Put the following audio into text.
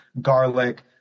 garlic